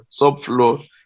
subfloor